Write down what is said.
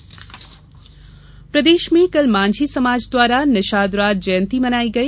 निषाद जयंती प्रदेश में कल मांझी समाज द्वारा निषादराज जयंती मनाई गई